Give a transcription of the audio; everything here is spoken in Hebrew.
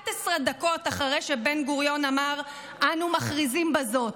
דקות אחרי שבן-גוריון אמר "אנו מכריזים בזאת",